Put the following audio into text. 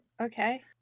Okay